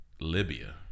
Libya